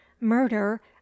murder